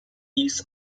east